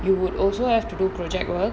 you would also have to do project work